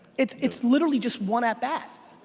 it's it's literally just one at-bat.